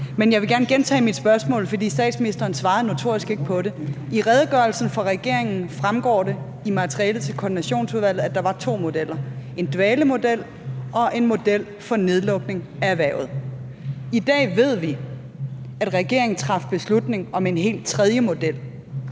Men jeg vil gerne gentage mit spørgsmål, for statsministeren svarer notorisk ikke på det. I redegørelsen fra regeringen fremgår det i materialet til koordinationsudvalget, at der var to modeller, nemlig en dvalemodel og en model for nedlukning af erhvervet. I dag ved vi, at regeringen traf beslutning om en helt tredje model.